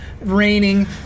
raining